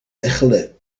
mechelen